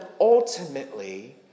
ultimately